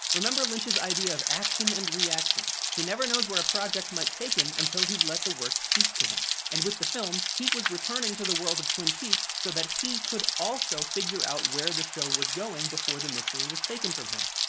remember lynch's idea of action and reaction he never knows where a project might take him until he's let the work speak to him, and with the film, he was returning to the world of twin peaks so that he could also figure out where the show was going before the mystery was taken from him.